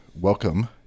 welcome